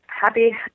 happy